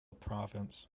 province